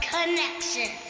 Connection